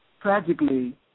Tragically